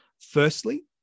Firstly